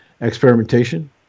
experimentation